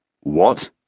What